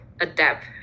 adapt